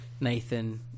Nathan